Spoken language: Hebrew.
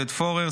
עודד פורר,